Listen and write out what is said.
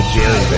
Jerry